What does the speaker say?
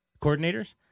Coordinators